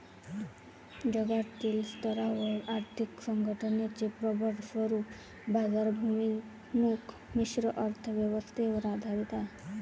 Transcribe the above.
जागतिक स्तरावर आर्थिक संघटनेचे प्रबळ स्वरूप बाजाराभिमुख मिश्र अर्थ व्यवस्थेवर आधारित आहे